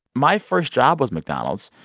my first job was mcdonald's.